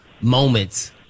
moments